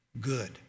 good